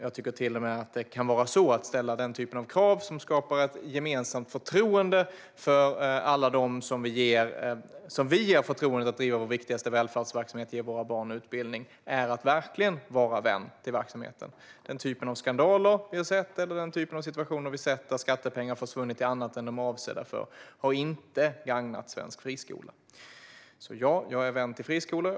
Jag tycker till och med att det kan vara så att man genom att ställa denna typ av krav, som skapar ett gemensamt förtroende för alla dem som vi ger förtroendet att driva vår viktigaste välfärdsverksamhet och att ge våra barn utbildning, verkligen är en vän av verksamheten. Den typ av skandaler vi har sett, eller den typ av situationer vi har sett där skattepengar har försvunnit till annat än det som de är avsedda för, har inte gagnat svensk friskola. Jag är en vän av friskolor.